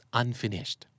unfinished